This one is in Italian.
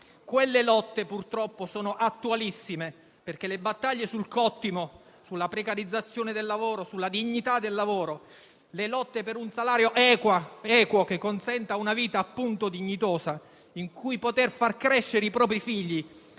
Quelle lotte purtroppo sono attualissime, perché le battaglie sul cottimo, sulla precarizzazione e sulla dignità del lavoro; le lotte per un salario equo che consenta una vita dignitosa e permetta di far crescere i propri figli,